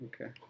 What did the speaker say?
Okay